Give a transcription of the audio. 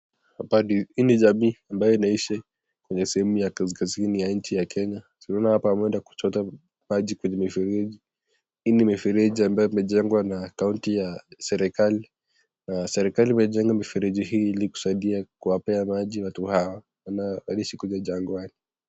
Hii ni jamii ambayo inaishi kwenye sehemu ya kaskazini ya nchi Kenya, si unaona hapa wameenda kuchota maji penye mifereji. Hii ni mifereji ambayo imejengwa na kounti, serikali. Serikali imejenga mifereji hii ili kusaidia kuwapea maji watu hawa wanaoishi kule jangwani.